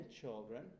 children